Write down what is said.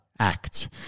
Act